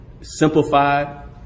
simplified